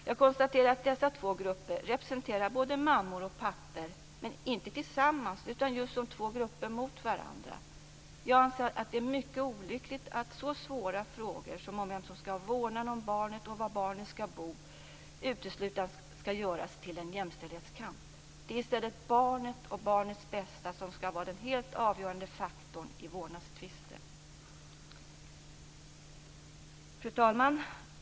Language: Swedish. Jag konstaterar att dessa två grupper representerar både mammor och pappor, men inte tillsammans utan just som två grupper mot varandra. Jag anser att det är mycket olyckligt att så svåra frågor som om vem som skall ha vårdnaden om barnet och var barnet skall bo uteslutande skall göras till en jämställdhetskamp. Det är i stället barnet och barnets bästa som skall vara den helt avgörande faktorn i vårdnadstvister. Fru talman!